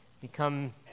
become